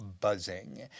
buzzing